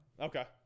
Okay